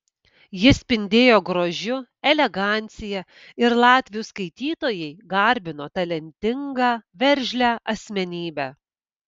ji spindėjo grožiu elegancija ir latvių skaitytojai garbino talentingą veržlią asmenybę